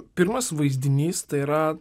pirmas vaizdinys tai yra